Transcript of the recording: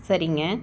சரிங்க